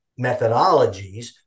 methodologies